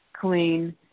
clean